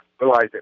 realize